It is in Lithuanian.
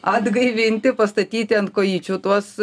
atgaivinti pastatyti ant kojyčių tuos